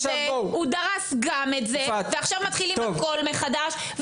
הוא דרס גם את זה ועכשיו מתחילים הכל מחדש,